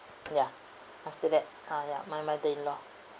ya after that ah ya my mother-in-law